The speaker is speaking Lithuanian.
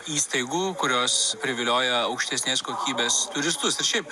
įstaigų kurios privilioja aukštesnės kokybės turistus ir šiaip